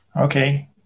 Okay